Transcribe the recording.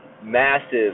massive